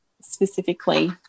specifically